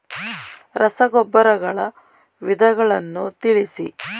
ರಸಗೊಬ್ಬರಗಳ ವಿಧಗಳನ್ನು ತಿಳಿಸಿ?